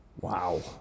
wow